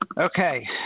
Okay